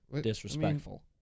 disrespectful